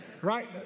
right